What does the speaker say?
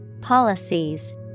policies